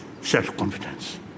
self-confidence